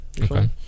okay